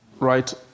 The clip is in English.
Right